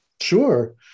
Sure